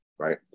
Right